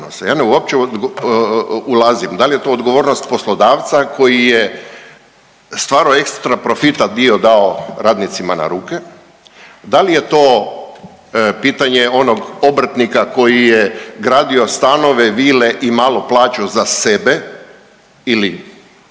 Ja ne uopće ulazim da li je to odgovornost poslodavca koji je stvarao ekstra profit, a dio dao radnicima na ruke, da li je to pitanje onog obrtnika koji je gradio stanove, vile i malo plaćao za sebe ili